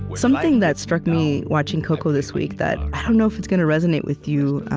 something that struck me, watching coco this week, that i don't know if it's gonna resonate with you